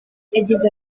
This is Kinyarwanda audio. yagize